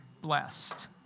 blessed